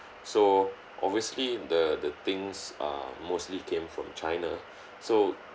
so obviously the the things are mostly came from china so